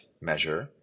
measure